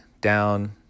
down